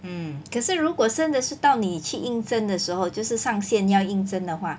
hmm 可是如果真的是到你去应征的时候就是上线要应征的话